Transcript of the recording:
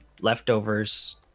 leftovers